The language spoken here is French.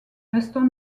restons